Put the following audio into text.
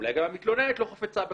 אולי גם המתלוננת לא חפצה בכך.